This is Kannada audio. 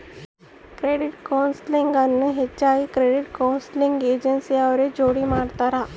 ಕ್ರೆಡಿಟ್ ಕೌನ್ಸೆಲಿಂಗ್ ಅನ್ನು ಹೆಚ್ಚಾಗಿ ಕ್ರೆಡಿಟ್ ಕೌನ್ಸೆಲಿಂಗ್ ಏಜೆನ್ಸಿ ಅವ್ರ ಜೋಡಿ ಮಾಡ್ತರ